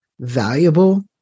valuable